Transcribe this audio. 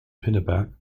pinneberg